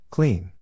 Clean